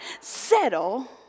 settle